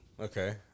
Okay